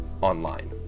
online